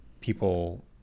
people